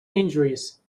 injuries